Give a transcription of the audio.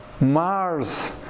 Mars